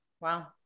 Wow